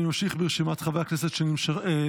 אני ממשיך ברשימת חברי הכנסת שנרשמו